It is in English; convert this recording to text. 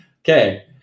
Okay